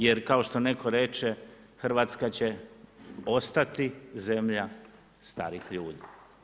Jer kao što netko reče, Hrvatska će ostati zemlja starih ljudi.